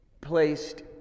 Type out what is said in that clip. placed